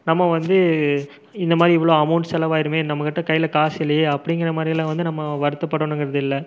நம்ம வந்து இந்தமாதிரி இவ்வளோ அமௌண்ட் செலவாயிருமே நம்ம கிட்ட கையில் காசு இல்லையே அப்படிங்கிற மாதிரிலாம் வந்து நம்ம வருத்தப்படணுங்கிறது இல்லை